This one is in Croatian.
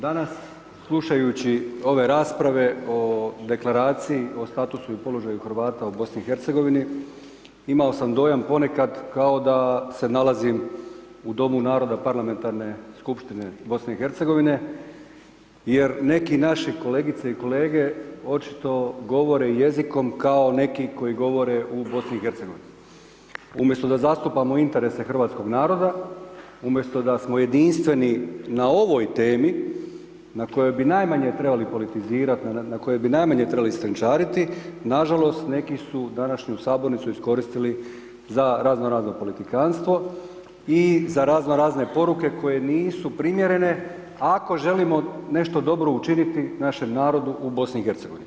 Danas slušajući ove rasprave o deklaraciji, o statusu i položaju Hrvata u BIH imao sam dojam ponekad, kao da se nalazim u domu naroda parlamentarne skupštine BIH, jer neki naši kolegice i kolege očito govore jezikom kao neki koji govore u BIH, umjesto da zastupamo interese hrvatskog naroda, umjesto da smo jedinstveni na ovaj temi, na kojoj bi najmanje trebali politizirati, na kojoj bi najmanje trebali stenčariti, nažalost, neki su današnju sabornicu iskoristili za razno razno politikantstvo i za razno razne poruke koje nisu primjerene ako želimo nešto dobro učiti našem narodu u BIH.